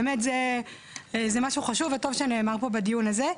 באמת זה משהו חשוב וטוב שנאמר פה בדיון הזה.